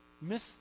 miss